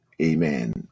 amen